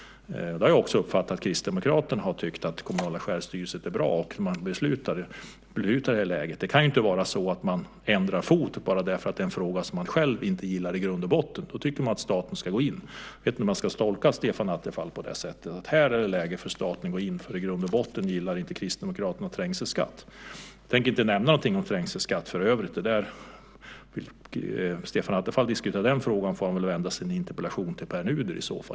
Jag har uppfattat att också Kristdemokraterna har tyckt att det kommunala självstyret är bra och att man beslutar i det läget. Man kan ju inte byta fot bara för att det gäller en fråga som man själv inte gillar i grund och botten. Då tycker man visst att staten ska gå in. Jag vet inte om jag ska tolka Stefan Attefall på det sättet. Här är det tydligen läge för staten att gå in, för i grund och botten gillar inte Kristdemokraterna trängselskatt. Jag tänker för övrigt inte nämna någonting om trängselskatt. Om Stefan Attefall vill diskutera den frågan får han väl vända sig med en interpellation till Pär Nuder.